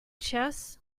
chess